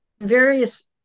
various